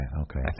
okay